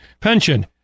pension